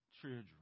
children